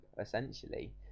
essentially